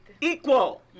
equal